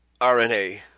RNA